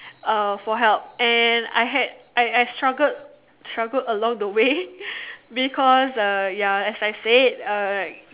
uh for help and I had I I struggled struggled along the way because uh ya as I said uh like